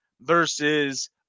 versus